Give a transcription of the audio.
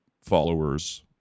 followers